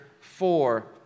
four